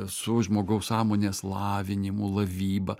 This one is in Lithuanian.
su žmogaus sąmonės lavinimu lavyba